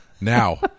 now